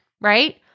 right